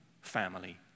family